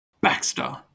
Baxter